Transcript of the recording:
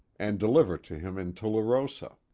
and deliver to him in tularosa.